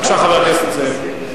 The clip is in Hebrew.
בבקשה, חבר הכנסת זאב.